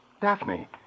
Daphne